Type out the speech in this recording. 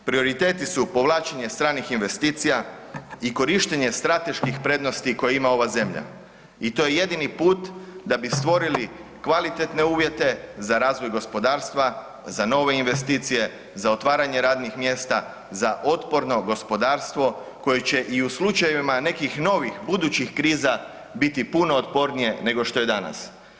Prioriteti su povlačenje stranih investicija i korištenje strateških prednosti koje ima ova zemlja i to je jedini put da bi stvorili kvalitetne uvjete za razvoj gospodarstva, za nove investicije, za otvaranje novih radnih mjesta, za otporno gospodarstvo koje će i u slučajevima nekih novih budućih kriza biti puno otpornije nego što je danas.